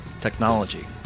technology